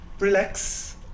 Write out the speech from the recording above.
relax